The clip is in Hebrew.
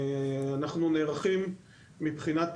אנחנו נערכים מבחינת